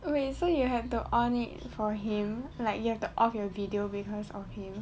wait so you have the on it for him like you have to off your video because of him